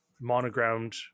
monogrammed